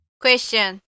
Question